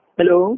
Hello